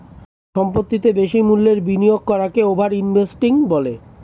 সম্পত্তিতে বেশি মূল্যের বিনিয়োগ করাকে ওভার ইনভেস্টিং বলে